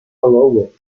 allowed